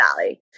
Valley